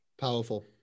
powerful